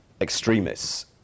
extremists